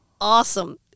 awesome